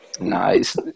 nice